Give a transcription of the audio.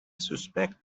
suspect